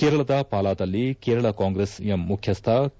ಕೇರಳದ ಪಾಲಾದಲ್ಲಿ Kerala Congress M ಮುಖ್ಯಸ್ಥ ಕೆ